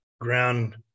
ground